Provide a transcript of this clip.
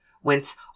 Whence